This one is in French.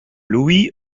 louis